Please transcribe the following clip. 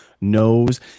knows